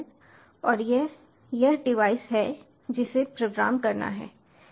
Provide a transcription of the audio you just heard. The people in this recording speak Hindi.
और यह यह डिवाइस है जिसे प्रोग्राम करना है इसे प्रोग्राम करना है